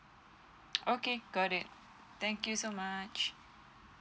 okay got it thank you so much